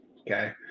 okay